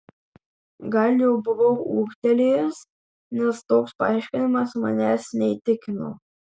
gal jau buvau ūgtelėjęs nes toks paaiškinimas manęs neįtikino